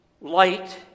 light